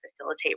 facilitate